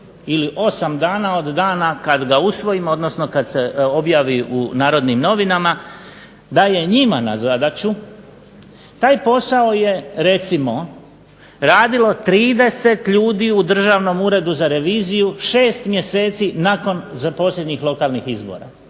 ili 8 dana od dana kada ga usvojimo odnosno kada se objavi u Narodnim novinama daje njima na zadaću, taj posao je recimo 30 ljudi u Državnom uredu za reviziju, 6 mjeseci nakon posljednjih lokalnih izbora,